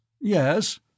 Yes